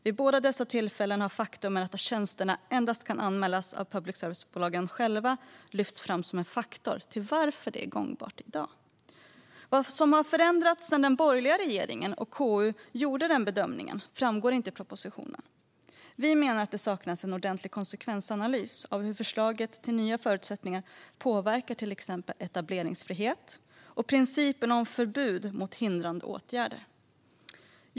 Vid båda dessa tillfällen har det faktum att tjänsterna endast kan anmälas av public service-företagen själva lyfts fram som en faktor till varför det är gångbart. Vad som har förändrats sedan den borgerliga regeringen och KU gjorde denna bedömning framgår inte av propositionen. Vi menar att det saknas en ordentlig konsekvensanalys av hur förslaget till nya förutsättningar påverkar till exempel etableringsfrihet och principen om förbud mot hindrande åtgärder.